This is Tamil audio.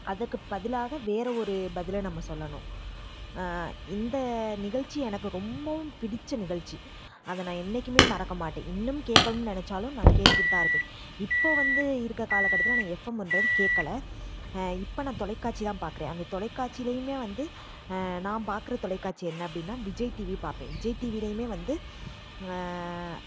அதற்கு பதிலாக வேறு ஒரு பதிலை நம்ம சொல்லணும் இந்த நிகழ்ச்சி எனக்கு ரொம்பவும் பிடித்த நிகழ்ச்சி அதை நான் என்றைக்குமே மறக்க மாட்டேன் இன்னும் கேட்கணும்னு நினைச்சாலும் நான் கேட்டுக்கிட்டு தான் இருப்பேன் இப்போது வந்து இருக்கற காலக்கட்டத்தில் நான் எஃப்எம்ன்றது கேட்கல இப்போ நான் தொலைக்காட்சி தான் பார்குறேன் அந்த தொலைக்காட்சிலையுமே வந்து நான் பார்க்குற தொலைக்காட்சி என்ன அப்படின்னால் விஜய் டிவி பார்ப்பேன் விஜய் டிவிலையுமே வந்து